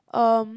um